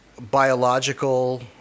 biological